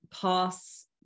pass